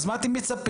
אז מה אתם מצפים?